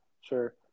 sure